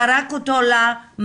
זרק אותו למעצר.